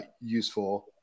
useful